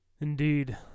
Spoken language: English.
Indeed